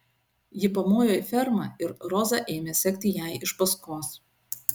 ji pamojo į fermą ir roza ėmė sekti jai iš paskos